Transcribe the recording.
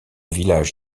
village